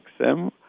xm